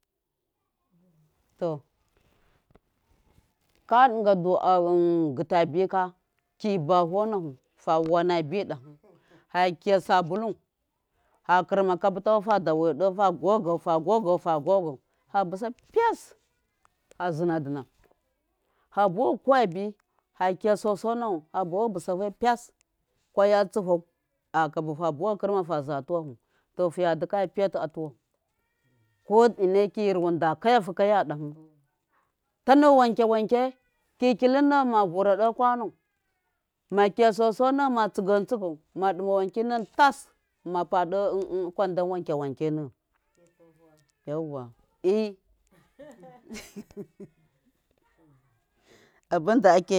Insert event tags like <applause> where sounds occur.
to ka ɗɨnga ndu a gɨta bi ka ki baho nafu fa wana bi ɗahɨ <laughs> fa kiya sabulu fa kɨrma kabɨ tafu fa dawai ɗe fa gogau fa gogau fa bɨsau pyas fa zɨna dɨna fa buwafu kuwa bi fa kiya soso nafu fa bɨsafu pyas kwaya tsifau a kabɨ fa buwa fu kɨrma fa za tuwafu to fɨya dɨkaya piyatɨ atuwa fu ko ineki ruwun da kayafu dahɨ tanu wanke wanke ki kilin nowon ma vura ɗe kwano ma kiya soso nowon ma tsɨgowon tsɨgau ma ɗɨma wanki nowon tas ma pa ɗe kwandan wanke wanke nowon yauwa ee <laughs> abɨnda ake